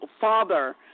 father